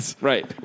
Right